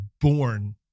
born